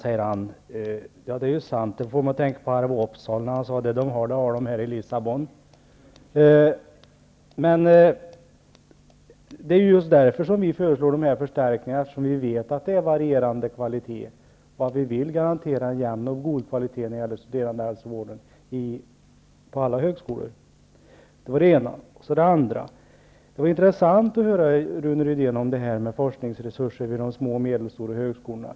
Det är sant, och det får mig att tänka på Arve Opsahl när han sade att det de har det har de här i Vi föreslår dessa förstärkningar eftersom vi vet att kvaliteten varierar, och vi vill garantera en jämn och god kvalitet när det gäller studerandehälsovården på alla högskolor. För det andra: Det var intressant att höra Rune Rydén tala om de forskningsresurserna vid de små och medelstora högskolorna.